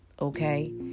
Okay